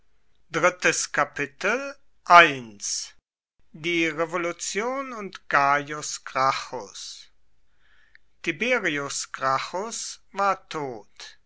die revolution und gaius gracchus tiberius gracchus war tot